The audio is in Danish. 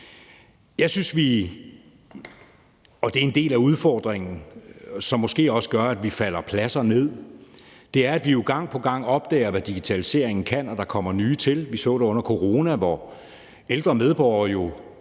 Jeg synes, at en del af udfordringen, som måske også gør, at vi falder nogle pladser ned, er, at det er fra gang til gang, vi opdager, hvad digitaliseringen kan – og der kommer nyt til. Vi så det under corona, hvor ældre medborgere,